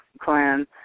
clan